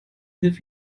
hilfe